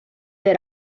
the